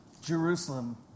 Jerusalem